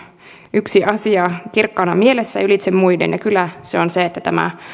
yksi asia kirkkaana mielessä ylitse muiden ja kyllä se on se että tämä